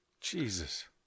Jesus